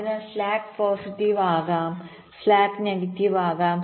അതിനാൽ slack positive ആകാം slack negative ആകാം